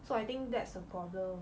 so I think that's the problem